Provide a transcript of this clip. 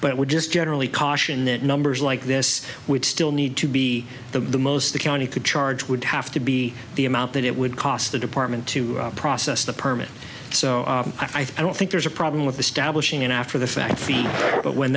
but we're just generally caution that numbers like this would still need to be the most the county could charge would have to be the amount that it would cost the department to process the permit so i don't think there's a problem with the stablish in after the fact feeder when